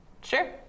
Sure